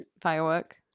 firework